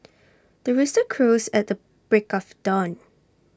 the rooster crows at the break of dawn